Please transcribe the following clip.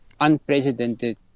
unprecedented